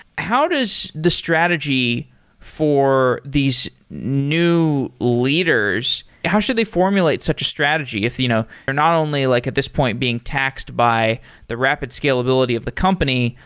how does the strategy for these new leaders? how should they formulate such a strategy if you know they're not only like at this point being taxed by the rapid scalability of the company,